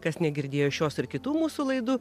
kas negirdėjo šios ir kitų mūsų laidų